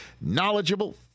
knowledgeable